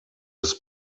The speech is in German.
des